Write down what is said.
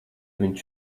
viņš